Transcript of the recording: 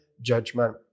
judgment